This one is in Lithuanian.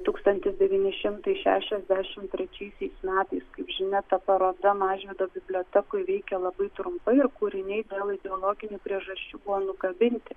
tūkstantis devyni šimtai šešiasdešimt trečiaisiais metais kaip žinia ta paroda mažvydo bibliotekoje veikė labai trumpai ir kūriniai dėl ideologinių priežasčių buvo nukabinti